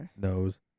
nose